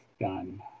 done